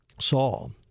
Saul